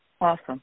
Awesome